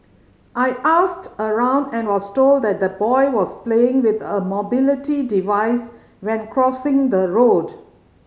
I asked around and was told that the boy was playing with a mobility device when crossing the road